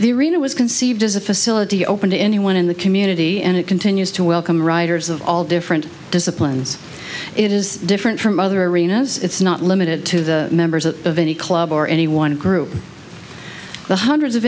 it was conceived is a facility open to anyone in the community and it continues to welcome riders of all different disciplines it is different from other arenas it's not limited to the members of any club or any one group the hundreds of